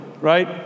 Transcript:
right